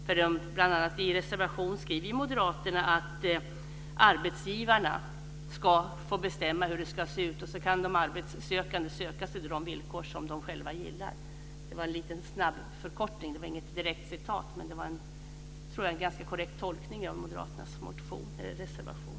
Moderaterna säger i sin reservation att arbetsgivarna ska få bestämma hur det ska se ut. Sedan kan de arbetssökande söka sig till de villkor som de själva gillar. Detta är en snabbförkortning, inte ett direkt citat. Jag tror dock att det är en ganska korrekt tolkning av Moderaternas reservation.